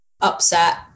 upset